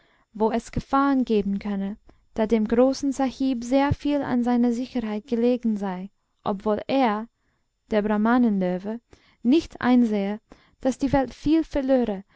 wo es gefahren geben könne da dem großen sahib sehr viel an seiner sicherheit gelegen sei obwohl er der brahmanen löwe nicht einsehe daß die welt viel verlöre